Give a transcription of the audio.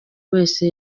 wese